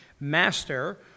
Master